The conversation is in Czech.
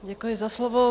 Děkuji za slovo.